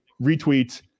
retweet